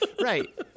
Right